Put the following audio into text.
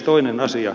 toinen asia